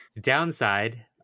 Downside